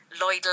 Lloyd